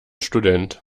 student